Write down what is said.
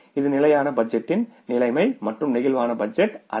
எனவே இது static budget டின் நிலைமை மற்றும் பிளேக்சிபிள் பட்ஜெட் அல்ல